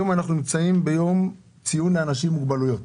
היום אנחנו נמצאים ביום ציון לאנשים עם מוגבלויות.